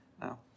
no